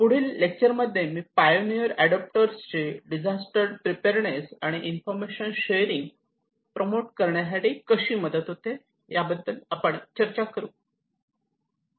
पुढील लेक्चर मध्ये मी पायोनियर ऍडॉप्टर्सची डिझास्टर प्रिपेअरनेस आणि इन्फॉर्मेशन शेअरिंग प्रमोट करण्यासाठी कशी मदत होते त्याबद्दल चर्चा करू